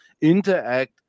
interact